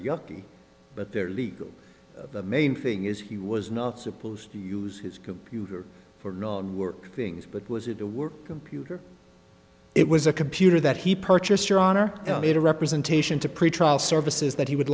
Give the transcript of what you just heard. yucky but they're legal the main thing is he was not supposed to use his computer for work things but was it a work computer it was a computer that he purchased your honor i made a representation to pretrial services that he would